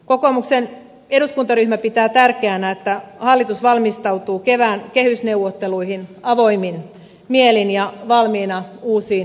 kokoomuksen eduskuntaryhmä pitää tärkeänä että hallitus valmistautuu kevään kehysneuvotteluihin avoimin mielin ja valmiina uusiin linjauksiin